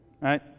right